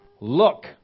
Look